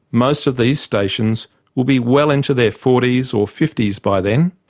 most of these stations will be well into their fourties or fifties by then,